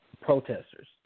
protesters